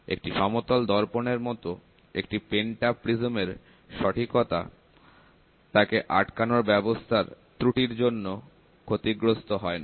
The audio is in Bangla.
একটি সমতল দর্পণের মতো একটি পেন্টাপ্রিজম এর সঠিকতা তাকে আটকানোর ব্যবস্থার ত্রুটির জন্য ক্ষতিগ্রস্ত হয় না